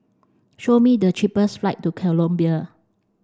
show me the cheapest flight to Colombia